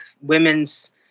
women's